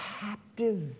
captive